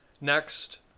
Next